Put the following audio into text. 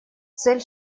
цель